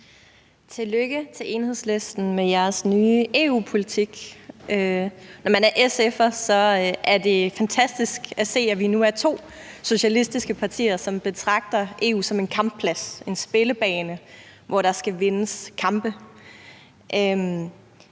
Tillykke til Enhedslisten med jeres nye EU-politik. Når man er SF'er, er det fantastisk at se, at vi nu er to socialistiske partier, som betragter EU som en kampplads, en spillebane, hvor der skal vindes kampe.